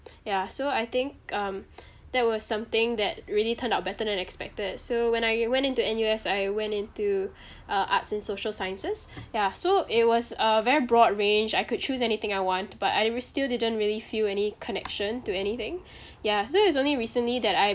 ya so I think um that was something that really turned out better than expected so when I went into N_U_S I went into uh arts and social sciences yeah so it was a very broad range I could choose anything I want but I really still didn't really feel any connection to anything ya so it was only recently that I